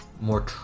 more